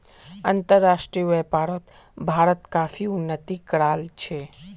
अंतर्राष्ट्रीय व्यापारोत भारत काफी उन्नति कराल छे